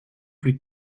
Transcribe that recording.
plus